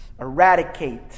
eradicate